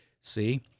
See